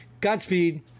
Godspeed